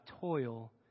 toil